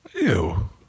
Ew